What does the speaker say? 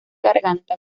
garganta